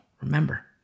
Remember